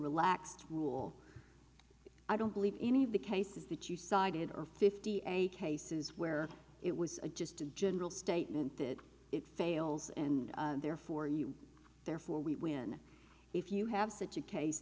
relaxed rule i don't believe any of the cases that you cited or fifty eight cases where it was just a general statement that it fails and therefore you therefore we win if you have such a case